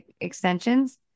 extensions